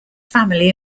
family